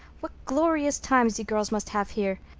what glorious times you girls must have here!